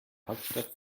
hauptstadt